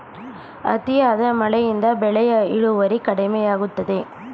ಅತಿಯಾದ ಮಳೆಯಿಂದ ಬೆಳೆಯ ಇಳುವರಿ ಕಡಿಮೆಯಾಗುತ್ತದೆ